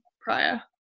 prior